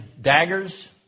daggers